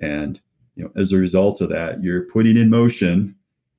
and as a result of that, you're putting in motion